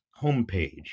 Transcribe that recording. homepage